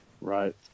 Right